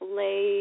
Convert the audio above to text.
lay